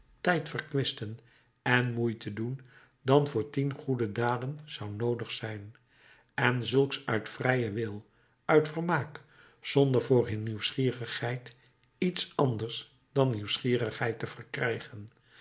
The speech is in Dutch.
tijd verkwisten en moeite doen dan voor tien goede daden zou noodig zijn en zulks uit vrijen wil uit vermaak zonder voor hun nieuwsgierigheid iets anders dan nieuwsgierigheid te verkrijgen